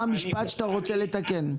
מה המשפט שאתה רוצה לתקן.